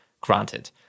granted